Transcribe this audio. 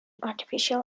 artificial